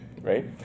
right